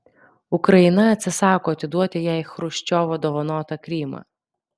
ukraina atsisako atiduoti jai chruščiovo dovanotą krymą